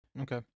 Okay